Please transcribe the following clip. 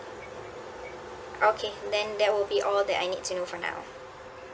okay then that will be all that I need to know for now